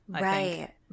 Right